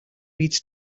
reeds